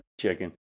Chicken